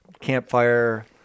campfire